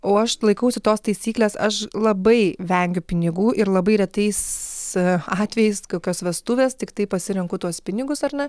o aš laikausi tos taisyklės aš labai vengiu pinigų ir labai retais atvejais kokios vestuvės tiktai pasirenku tuos pinigus ar ne